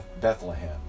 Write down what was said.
Bethlehem